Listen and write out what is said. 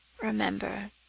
Remember